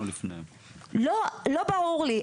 לא ברור לי.